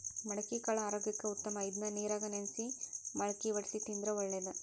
ಮಡಿಕಿಕಾಳು ಆರೋಗ್ಯಕ್ಕ ಉತ್ತಮ ಇದ್ನಾ ನೇರಾಗ ನೆನ್ಸಿ ಮಳ್ಕಿ ವಡ್ಸಿ ತಿಂದ್ರ ಒಳ್ಳೇದ